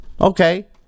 Okay